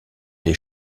des